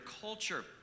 culture